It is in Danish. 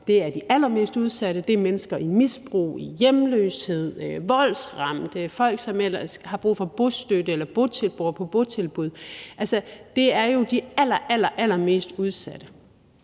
som er de allermest udsatte, som er mennesker i misbrug, i hjemløshed, voldsramte, folk, som ellers har brug for bostøtte, eller som bor på botilbud. Altså, det er jo de allerallermest udsatte.